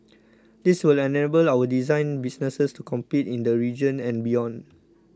this will enable our design businesses to compete in the region and beyond